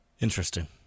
Interesting